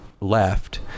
left